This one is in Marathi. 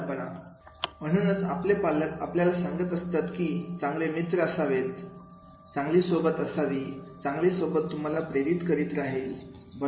मार्ग कारण म्हणूनच आपले पालक आपल्याला सांगत असतात की चांगले मित्र असावेत चांगली सोबत असावी चांगली सोबत तुम्हाला प्रेरित करीत राहील बरोबर